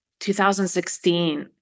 2016